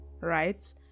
right